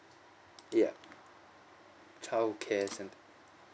yeah child care centre